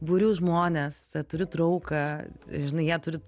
buriu žmones turiu trauką žinai ją turi